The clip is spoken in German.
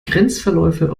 grenzverläufe